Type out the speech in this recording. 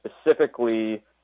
specifically